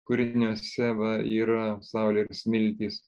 kūriniuose va yra saulės smiltys